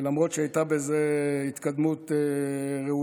ולמרות שהייתה בזה התקדמות ראויה,